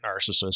narcissist